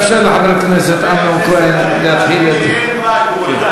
תאפשר לחבר הכנסת אמנון כהן להתחיל את דבריו.